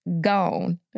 gone